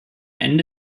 ende